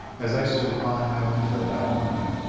as i stood by my window that morning,